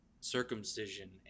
circumcision